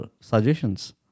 suggestions